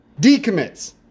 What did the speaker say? Decommits